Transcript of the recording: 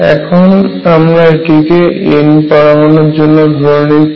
এখন আমরা এটিকে N পরমাণুর জন্য ধরে নিচ্ছি